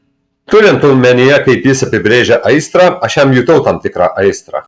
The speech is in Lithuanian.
turint omenyje kaip jis apibrėžia aistrą aš jam jutau tam tikrą aistrą